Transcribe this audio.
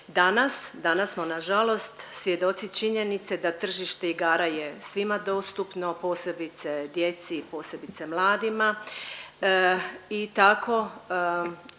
danas smo nažalost svjedoci činjenice da tržište igara je svima dostupno, posebice djeci i posebice mladima i tako